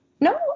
No